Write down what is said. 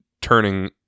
turning